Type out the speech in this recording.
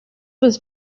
was